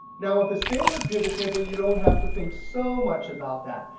now with a standard pivot table you don't have to think so much about that.